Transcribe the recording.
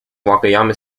wakayama